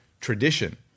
tradition